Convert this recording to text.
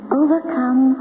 overcome